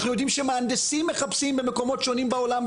אנחנו יודעים שמהנדסים מחפשים במקומות שונים בעולם,